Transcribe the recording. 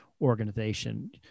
organization